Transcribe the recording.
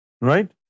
Right